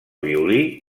violí